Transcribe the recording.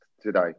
today